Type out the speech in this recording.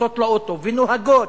נכנסות לאוטו ונוהגות,